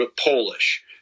Polish